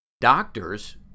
doctors